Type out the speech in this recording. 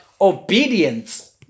obedience